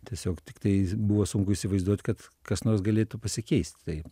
tiesiog tiktais buvo sunku įsivaizduot kad kas nors galėtų pasikeist tai